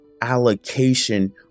allocation